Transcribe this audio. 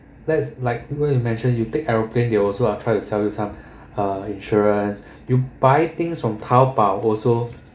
that's like what you mentioned you take aeroplane they also are tried to sell you some uh insurance you buy things from taobao also